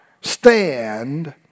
stand